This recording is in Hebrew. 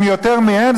הם יותר מהם,